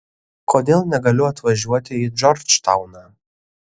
kodėl negaliu atvažiuoti į džordžtauną